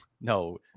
no